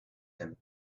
him